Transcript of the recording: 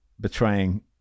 betraying